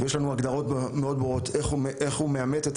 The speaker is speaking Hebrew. ויש לנו הגדרות מאוד ברורות לגבי איך הוא מאמת את